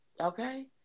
Okay